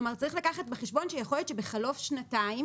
כלומר צריך לקחת בחשבון שיכול להית שבחלוף שנתיים